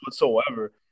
whatsoever